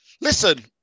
listen